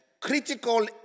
critical